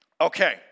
Okay